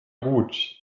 gut